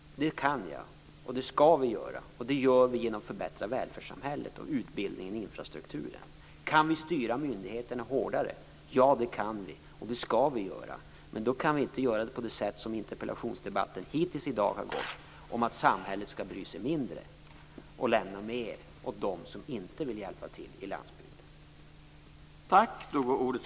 Det kan jag. Det skall vi göra, och det gör vi genom att förbättra välfärdssamhället, utbildningen och infrastrukturen. Kan vi styra myndigheterna hårdare? Ja, det kan vi, och det skall vi göra. Men vi kan inte göra det på det sätt som interpellationsdebatten hittills har gått ut på, att samhället skall bry sig mindre och lämna mer åt dem som inte vill hjälpa till i landsbygden.